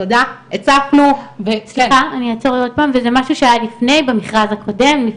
וזה משהו שהיה לפני, במכרז הקודם?